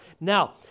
Now